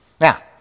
Now